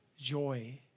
joy